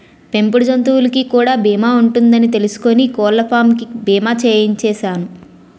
పెంపుడు జంతువులకు కూడా బీమా ఉంటదని తెలుసుకుని కోళ్ళపాం కి బీమా చేయించిసేను